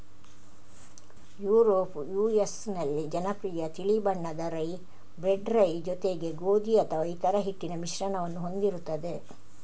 Europe US ನಲ್ಲಿ ಜನಪ್ರಿಯ ತಿಳಿ ಬಣ್ಣದ ರೈ, ಬ್ರೆಡ್ ರೈ ಜೊತೆಗೆ ಗೋಧಿ ಅಥವಾ ಇತರ ಹಿಟ್ಟಿನ ಮಿಶ್ರಣವನ್ನು ಹೊಂದಿರುತ್ತವೆ